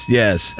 yes